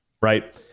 right